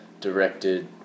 directed